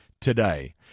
today